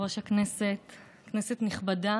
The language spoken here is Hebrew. הכותל הקיימת,